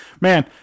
man